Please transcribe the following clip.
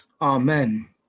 Amen